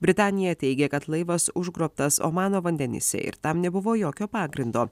britanija teigia kad laivas užgrobtas omano vandenyse ir tam nebuvo jokio pagrindo